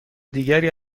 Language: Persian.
دیگری